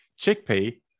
Chickpea